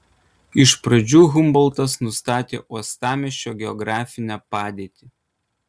iš pradžių humboltas nustatė uostamiesčio geografinę padėtį